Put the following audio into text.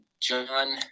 John